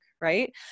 right